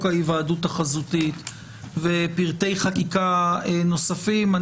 ההיוועדות החזותית ופרטי חקיקה נוספים,